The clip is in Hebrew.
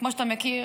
כמו שאתה מכיר,